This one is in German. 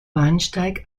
bahnsteig